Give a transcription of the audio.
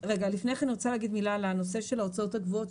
שנייה אני רוצה להגיד מילה על הנושא של ההוצאות הקבועות,